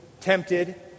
tempted